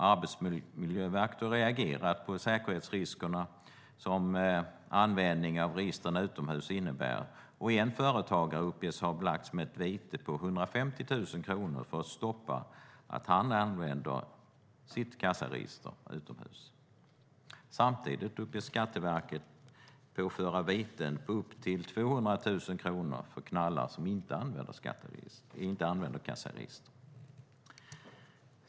Arbetsmiljöverket har reagerat på de säkerhetsrisker som användning av kassaregistren utomhus innebär. En företagare uppges ha belagts med ett vite på 150 000 kronor för att stoppa att han använder sitt kassaregister utomhus. Samtidigt uppges Skatteverket påföra viten på upp till 200 000 kronor för knallar som inte använder kassaregister.